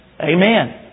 Amen